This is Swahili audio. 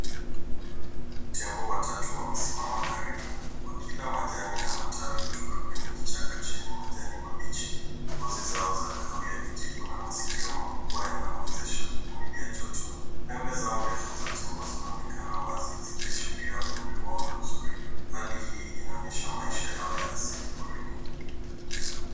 Tembo watatu wamesimama karibu wakila majani na matawi kutoka kwenye kichaka chenye majani mabichi. Ngozi zao za kahawia, kijivu na masikio makubwa yanawawezesha kuvumilia joto. Pembe zao ndefu za tembo zinaonekana wazi zikiashiria umri wao na uzuri. Hali hii inaonyesha maisha yao ya asili porini.